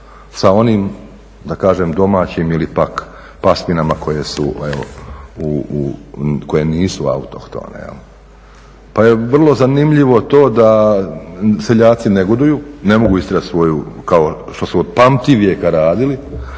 sa onim domaćim ili pak pasminama koje nisu autohtone. Pa je vrlo zanimljivo to da seljaci negoduju, ne mogu istjerat svoju kao što su od pamtivijeka radili